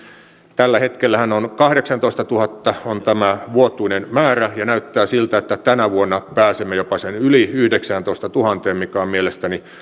tällä hetkellähän kahdeksantoistatuhatta on tämä vuotuinen määrä ja näyttää siltä että tänä vuonna pääsemme jopa yli yhdeksääntoistatuhanteen mikä on mielestäni